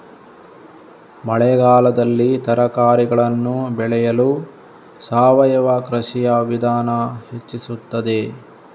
ಮಳೆಗಾಲದಲ್ಲಿ ತರಕಾರಿಗಳನ್ನು ಬೆಳೆಯಲು ಸಾವಯವ ಕೃಷಿಯ ವಿಧಾನ ಹೆಚ್ಚಿಸುತ್ತದೆ?